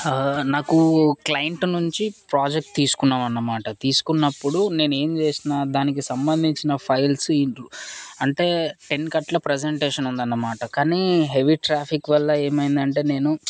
నాకు క్లైంట్ నుంచి ప్రాజెక్ట్ తీసుకున్నామన్నమాట తీసుకున్నప్పుడు నేనేం చేసినా దానికి సంబంధించిన ఫైల్స్ అంటే టెన్కి అట్లా ప్రజెంటేషన్ ఉందన్నమాట కానీ హెవీ ట్రాఫిక్ వల్ల ఏమైంది అంటే నేను